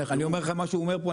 מה שהוא אומר פה,